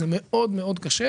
זה מאוד מאוד קשה.